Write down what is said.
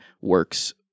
works